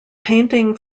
painting